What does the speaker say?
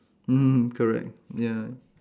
mm correct ya